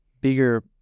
bigger